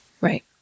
Right